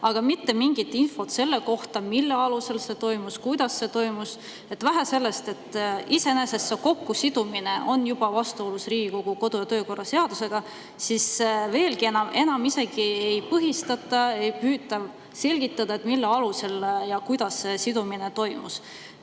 aga mitte mingit infot selle kohta, mille alusel see toimus, kuidas see toimus. Vähe sellest, et iseenesest juba see kokkusidumine on vastuolus Riigikogu kodu- ja töökorra seadusega, aga veelgi enam: enam isegi ei põhjendata, ei püüta selgitada, mille alusel ja kuidas sidumine toimus.